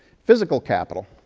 physical capital.